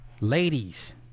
Ladies